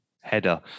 header